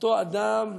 אותו אדם,